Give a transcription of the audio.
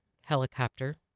helicopter